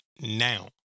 now